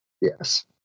yes